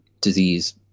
disease